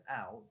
out